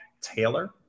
Taylor